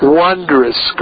wondrous